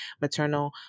maternal